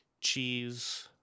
cheese